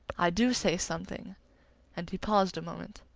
i do say something and he paused a moment.